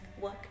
work